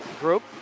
group